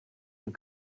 and